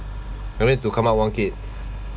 I mean to come out one kid